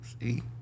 See